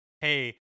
hey